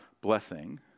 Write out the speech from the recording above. blessing